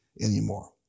anymore